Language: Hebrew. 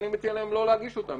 ואני מציע להם לא להגיש אותה,